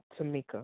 Tamika